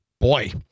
Boy